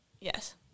Yes